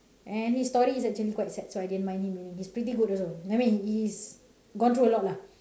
and his story is actually quite sad so I didn't mind him he is pretty good also I mean he's gone through a lot lah